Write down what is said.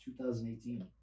2018